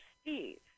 steve